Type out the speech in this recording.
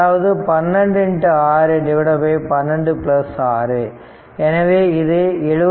அதாவது 12 6 12 6 எனவே இது 728